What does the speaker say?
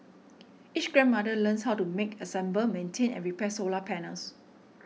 each grandmother learns how to make assemble maintain and repair solar panels